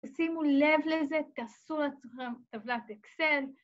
ושימו לב לזה, תעשו לעצמכם טבלת אקסל.